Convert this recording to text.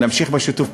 נמשיך בשיתוף פעולה.